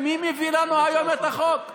מי מביא לנו היום את החוק?